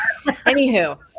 Anywho